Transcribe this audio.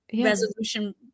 resolution